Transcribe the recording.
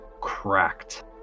cracked